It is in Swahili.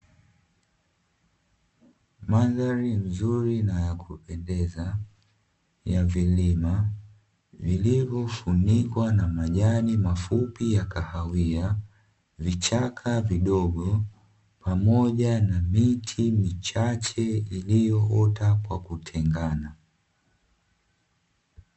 Mandhari nzuri na ya kupendeza ya vilima vilivyofunikwa na majani mafupi ya kahawia, vichaka vidogo pamoja na miti michache iliyoota kwa kutengana.